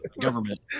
government